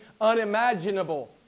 unimaginable